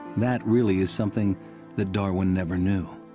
that really is something that darwin never knew.